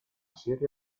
serie